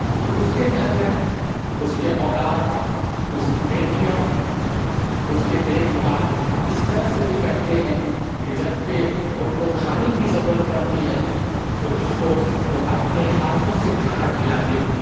تو اس کے گھر میں اس کے اولاد اس کی بیٹیاں اس کے دیکھ بھال اس طرح سے بھی کرتے ہیں کہ جبکہ ان کو کھانے کی ضرورت پڑتی ہے تو اس کو وہ اپنے ہاتھوں سے کھانا کھلاتے ہیں